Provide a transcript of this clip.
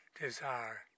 desire